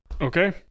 Okay